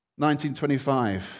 1925